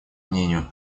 мнению